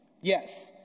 Yes